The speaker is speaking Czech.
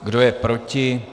Kdo je proti?